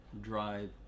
drive